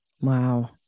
Wow